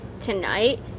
tonight